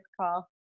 call